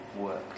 work